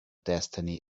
destiny